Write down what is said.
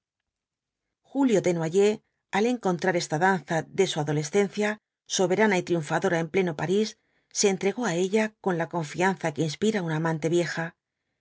julio desnoyers al encontrar esta danza de su adolescencia soberana y triunfadora en pleno parís se entregó á ella con la confianza que inspira una amante vieja